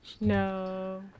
No